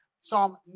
Psalm